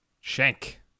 Shank